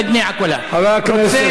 חבר הכנסת אורן חזן.